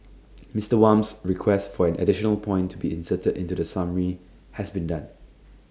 Mister Wham's request for an additional point to be inserted into the summary has been done